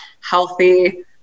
healthy